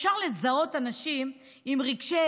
הוא אומר שאפשר לזהות אנשים עם רגשי